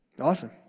awesome